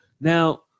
Now